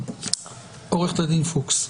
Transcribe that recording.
עורכת הדין פוקס,